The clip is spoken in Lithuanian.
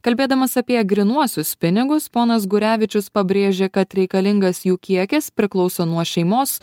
kalbėdamas apie grynuosius pinigus ponas gurevičius pabrėžė kad reikalingas jų kiekis priklauso nuo šeimos